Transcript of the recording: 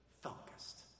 focused